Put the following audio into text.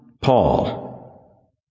Paul